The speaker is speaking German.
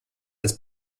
das